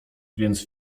więc